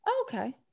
Okay